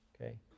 okay